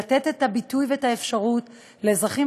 לתת את הביטוי ואת האפשרות לאזרחים